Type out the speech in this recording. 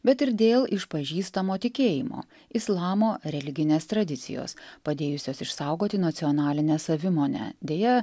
bet ir dėl išpažįstamo tikėjimo islamo religinės tradicijos padėjusios išsaugoti nacionalinę savimonę deja